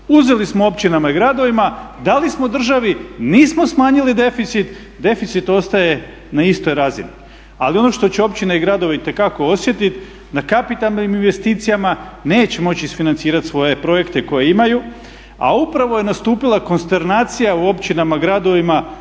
Uzeli smo općinama i gradovima, dali smo državi, nismo smanjili deficit, deficit ostaje na istoj razini. Ali ono što će općine i gradovi itekako osjetiti na kapitalnim investicijama neće moći isfinancirati svoje projekte koje imaju a upravo je nastupila konsternacija u općinama, gradovima